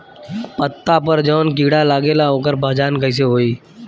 पत्ता पर जौन कीड़ा लागेला ओकर पहचान कैसे होई?